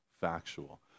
factual